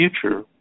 future